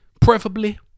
Preferably